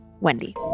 Wendy